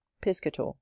Piscator